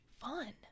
fun